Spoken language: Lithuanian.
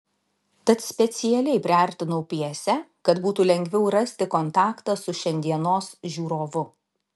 tad specialiai priartinau pjesę kad būtų lengviau rasti kontaktą su šiandienos žiūrovu